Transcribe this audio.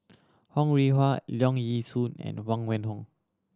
Ho Rih Hwa Leong Yee Soo and Huang Wenhong